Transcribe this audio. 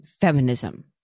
feminism